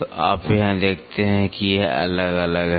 तो आप यहां देखते हैं कि यह अलग अलग है